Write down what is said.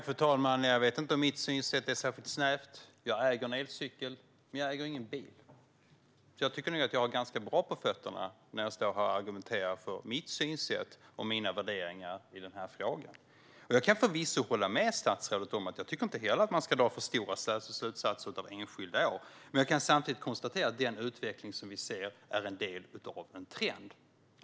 Fru talman! Jag vet inte om mitt synsätt är särskilt snävt. Jag äger en elcykel, men jag äger ingen bil. Jag tycker nog därför att jag har ganska bra på fötterna när jag står här och argumenterar för mitt synsätt och mina värderingar i frågan. Jag kan förvisso hålla med statsrådet om att man inte ska dra för stora slutsatser av enskilda år. Men jag kan samtidigt konstatera att den utveckling som vi ser är en del av en trend.